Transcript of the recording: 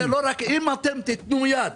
אם אתם תתנו יד,